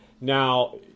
Now